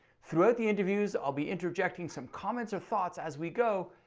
throughout the interviews i will be interjecting some comments or thoughts as we go.